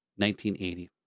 1980